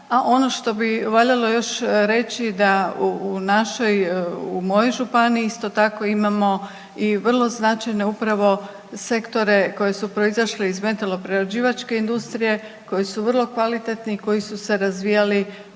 A ono što bi voljela još reći da u našoj, u mojoj županiji isto tako imamo i vrlo značajne upravo sektore koji su proizašli iz metaloprerađivačke industrije, koji su vrlo kvalitetni i koji su se razvijali